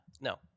No